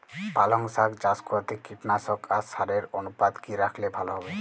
পালং শাক চাষ করতে কীটনাশক আর সারের অনুপাত কি রাখলে ভালো হবে?